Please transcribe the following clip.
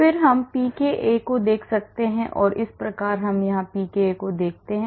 फिर से हम pka को देख सकते हैं और इस प्रकार हम यहाँ pka को देख सकते हैं